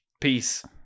Peace